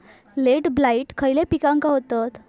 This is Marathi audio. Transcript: लेट ब्लाइट खयले पिकांका होता?